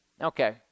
Okay